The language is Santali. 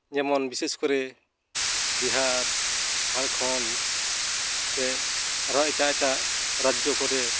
ᱡᱮᱢᱚᱱ ᱵᱤᱥᱮᱥ ᱠᱚᱨᱮ ᱵᱤᱦᱟᱨ ᱡᱷᱟᱲᱠᱷᱚᱸᱰ ᱥᱮ ᱟᱨᱦᱚᱸ ᱮᱴᱟᱜ ᱮᱴᱟᱜ ᱨᱟᱡᱽᱡᱚ ᱠᱚᱨᱮ